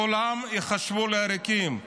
כולם ייחשבו לעריקים,